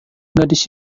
gadis